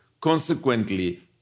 consequently